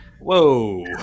Whoa